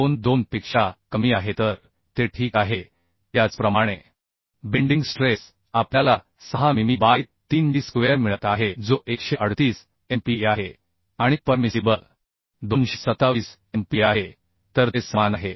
22 पेक्षा कमी आहे तर ते ठीक आहे त्याचप्रमाणे बेंडिंग स्ट्रेस आपल्याला 6 मिमी बाय 3 D स्क्वेअर मिळत आहे जो 138 MPa आहे आणि परमिसिबल 227MPa आहे तर ते समान आहे